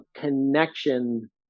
connection